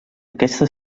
aquesta